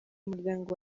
umuryango